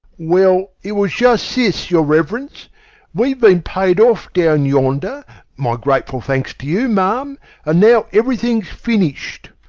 well, it was just this, your reverence we've been paid off down yonder my grateful thanks to you, ma'am and now everything's finished,